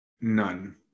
None